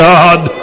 God